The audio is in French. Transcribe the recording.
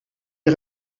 est